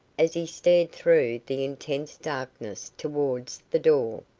as he stared through the intense darkness towards the door,